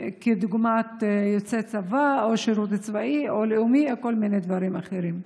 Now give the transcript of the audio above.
דוגמת יוצא צבא או שירות צבאי או לאומי או כל מיני דברים אחרים.